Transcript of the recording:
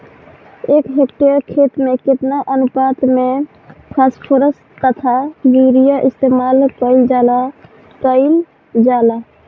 एक हेक्टयर खेत में केतना अनुपात में फासफोरस तथा यूरीया इस्तेमाल कईल जाला कईल जाला?